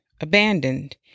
abandoned